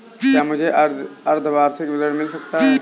क्या मुझे अर्धवार्षिक ऋण मिल सकता है?